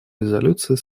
резолюции